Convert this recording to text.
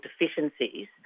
deficiencies